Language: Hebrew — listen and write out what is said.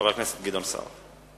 חבר הכנסת גדעון סער.